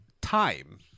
Time